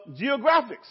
geographics